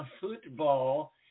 football